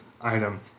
item